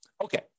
Okay